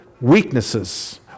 weaknesses